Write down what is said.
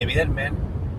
evidentment